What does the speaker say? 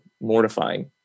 mortifying